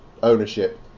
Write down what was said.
Ownership